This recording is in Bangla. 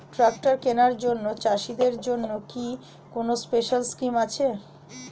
ট্রাক্টর কেনার জন্য চাষিদের জন্য কি কোনো স্পেশাল স্কিম আছে?